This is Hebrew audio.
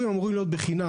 התורים אמורים להיות בחינם.